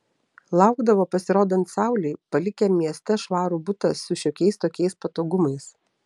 laukdavo pasirodant saulei palikę mieste švarų butą su šiokiais tokiais patogumais